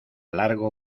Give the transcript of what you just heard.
largo